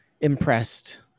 impressed